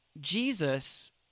Jesus